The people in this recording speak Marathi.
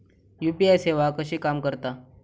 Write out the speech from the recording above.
यू.पी.आय सेवा कशी काम करता?